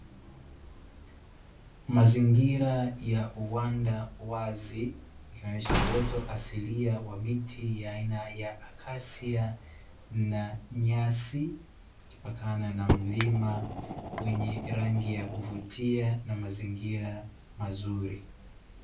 Mazingira ya uwanda wazi ikionyesha uoto asilia ya miti ya aina na ya akasia na nyasi ikipakana na mlima wenye rangi ya kuvutia na mazingira mazuri.